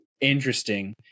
interesting